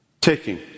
taking